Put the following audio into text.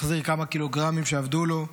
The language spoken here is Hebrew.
החזיר כמה קילוגרמים שאבדו לו,